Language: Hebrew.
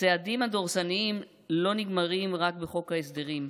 הצעדים הדורסניים לא נגמרים רק בחוק ההסדרים,